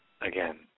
Again